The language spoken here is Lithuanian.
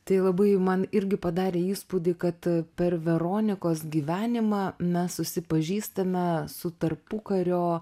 tai labai man irgi padarė įspūdį kad per veronikos gyvenimą mes susipažįstame su tarpukario